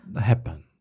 happen